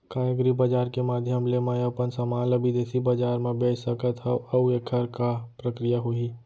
का एग्रीबजार के माधयम ले मैं अपन समान ला बिदेसी बजार मा बेच सकत हव अऊ एखर का प्रक्रिया होही?